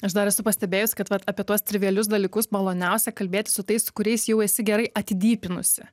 aš dar esu pastebėjus kad vat apie tuos trivialius dalykus maloniausia kalbėti su tais su kuriais jau esi gerai atidypinusi